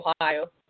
Ohio